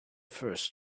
first